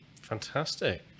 Fantastic